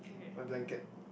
my blanket